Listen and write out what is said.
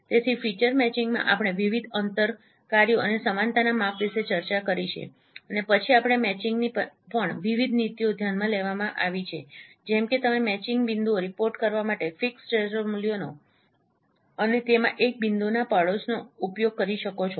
તેથી ફીચર મેચિંગમા આપણે વિવિધ અંતર કાર્યો અને સમાનતાના માપ વિશે ચર્ચા કરી છે અને પછી આપણે મેચિંગની પણ વિવિધ નીતિઓ ધ્યાનમાં લેવામાં આવી છે જેમ કે તમે મેચિંગ બિંદુઓ રિપોર્ટ કરવા માટે ફિક્સ થ્રેશોલ્ડ મૂલ્યનો અને તેમાં એક બિંદુના પાડોશનો ઉપયોગ કરી શકો છો